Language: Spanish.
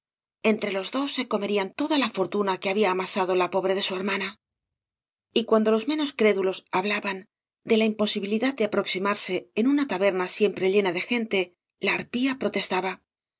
entre los dos se comerían toda la fortuna que había amasado la pobre de su hermana y cuando los menos crédulos hablaban de la imposibilidad de aproximarse en una taberna siempre llena de gente la arpía protestaba